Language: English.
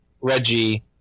Reggie